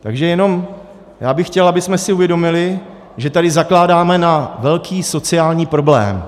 Takže jenom, já bych chtěl, abychom si uvědomili, že tady zakládáme na velký sociální problém.